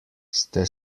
ste